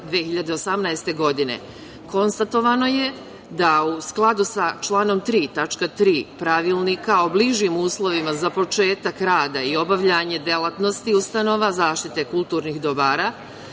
2018. godine, konstatovano je da u skladu sa članom 3. tačka 3. Pravilnika o bližim uslovima za početak rada i obavljanje delatnosti ustanova zaštite kulturnih dobara,